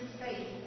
faith